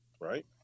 right